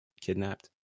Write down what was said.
kidnapped